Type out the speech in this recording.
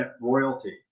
royalty